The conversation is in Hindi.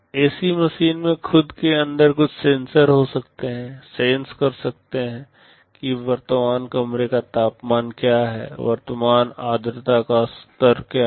एसी मशीन में खुद के अंदर कुछ सेंसर हो सकते हैं सेंस कर सकते हैं कि वर्तमान कमरे का तापमान क्या है वर्तमान आर्द्रता का स्तर क्या है